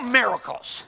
miracles